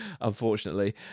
unfortunately